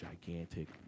gigantic